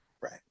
right